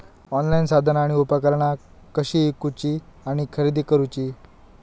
Online साधना आणि उपकरणा कशी ईकूची आणि खरेदी करुची?